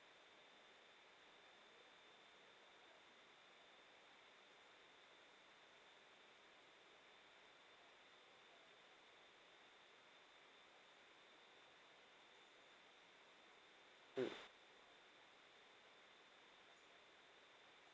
mm